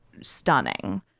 stunning